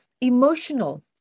emotional